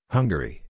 Hungary